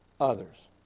others